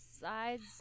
sides